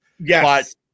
Yes